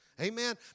Amen